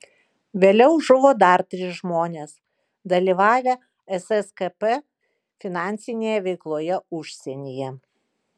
vėliau žuvo dar trys žmonės dalyvavę sskp finansinėje veikloje užsienyje